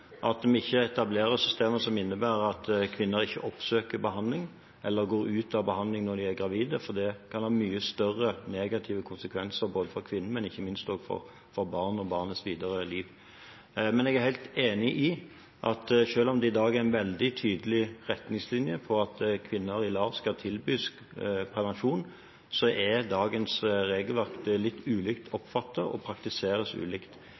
at vi ikke etablerer systemer som innebærer at kvinner ikke oppsøker behandling eller går ut av behandling når de er gravide, for det kan gi mye større negative konsekvenser både for kvinnen og ikke minst for barnet og dets videre liv. Men jeg er helt enig i at selv om det i dag er en veldig tydelig retningslinje om at kvinner i LAR skal tilbys prevensjon, er dagens regelverk litt ulikt oppfattet og praktiseres ulikt.